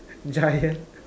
giant